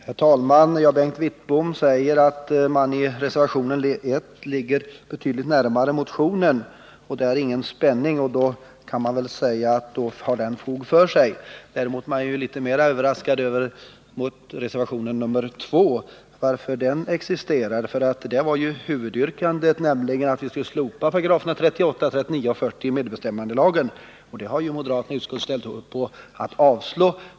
Herr talman! Bengt Wittbom säger att reservation 1 ligger nära motionen och att det inte finns någon spänning dem emellan. Då kan jag väl säga att den reservationen har fog för sig. Däremot är jag litet överraskad över att reservation 2 existerar. I den motion som den reservationen svarar mot var ju huvudyrkandet att vi skulle slopa §§ 38-40 i medbestämmandelagen, och det kravet har moderaterna i utskottet varit med om att avstyrka.